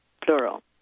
plural